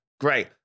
Great